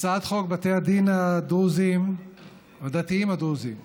הצעת חוק בתי הדין הדתיים הדרוזיים (תיקון,